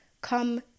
come